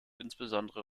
insbesondere